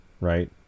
right